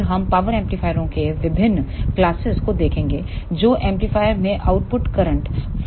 फिर हम पावर एम्पलीफायरों के विभिन्न क्लासेस को देखेंगे जो एम्पलीफायर में आउटपुट करंट फ्लो पर निर्भर करता है